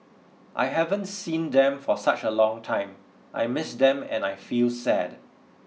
I haven't seen them for such a long time I miss them and I feel sad